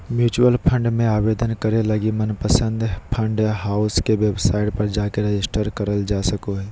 mutual fund मे आवेदन करे लगी मनपसंद फंड हाउस के वेबसाइट पर जाके रेजिस्टर करल जा सको हय